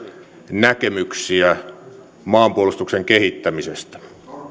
näkemyksiä maanpuolustuksen kehittämisestä